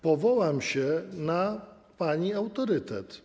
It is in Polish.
Powołam się na pani autorytet.